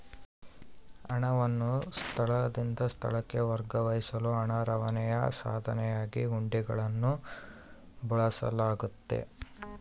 ಹಣವನ್ನು ಸ್ಥಳದಿಂದ ಸ್ಥಳಕ್ಕೆ ವರ್ಗಾಯಿಸಲು ಹಣ ರವಾನೆಯ ಸಾಧನವಾಗಿ ಹುಂಡಿಗಳನ್ನು ಬಳಸಲಾಗ್ತತೆ